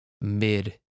mid